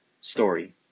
Story